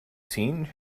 seen